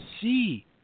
see